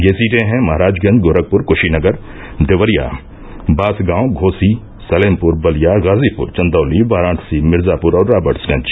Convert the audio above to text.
ये सीटें हैं महराजगंज गोरखपुर कृषीनगर देवरिया बांसगांव घोसी सलेमपुर बलिया गाजीपुर चन्दौली वाराणसी मिर्जापुर और राबर्ट्सगंज